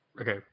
okay